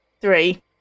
Three